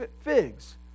figs